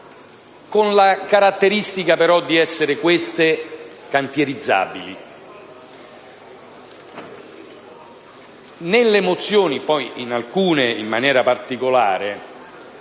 con la caratteristica, però, di essere queste cantierizzabili. Nelle mozioni però - e in alcune in maniera particolare